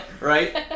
right